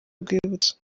rwibutso